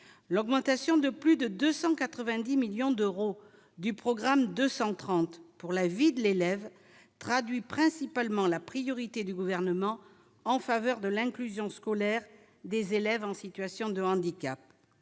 l'augmentation de plus de 290 millions d'euros du programme 230 pour la vie de l'élève traduit principalement la priorité du gouvernement en faveur de l'inclusion scolaire des élèves en situation de handicap